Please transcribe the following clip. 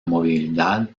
movilidad